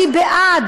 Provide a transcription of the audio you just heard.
אני בעד,